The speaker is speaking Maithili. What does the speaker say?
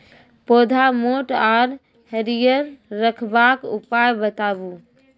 पौधा मोट आर हरियर रखबाक उपाय बताऊ?